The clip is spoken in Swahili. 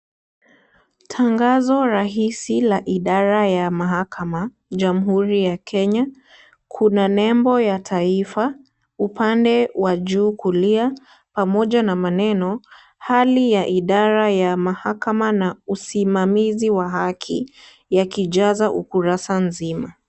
Tangazo rahisi la idara ya mahakama Jamhuri ya Kenya kuna nembo ya taifa, upande wa juu kulia pamoja na maneno hali ya idara ya mahakama na usimamizi wa haki, yakijaza ukurasa mzima.